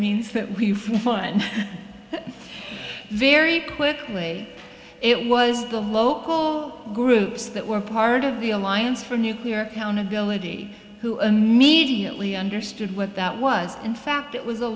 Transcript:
means that we fund very quickly it was the local groups that were part of the alliance for nuclear countability who immediately understood what that was in fact it was the